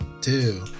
two